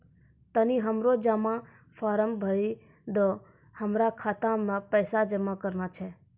तनी हमरो जमा फारम भरी दहो, हमरा खाता मे पैसा जमा करना छै